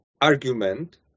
argument